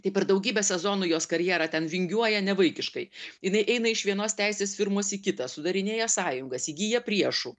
tai per daugybę sezonų jos karjera ten vingiuoja nevaikiškai jinai eina iš vienos teisės firmos į kitą sudarinėja sąjungas įgyja priešų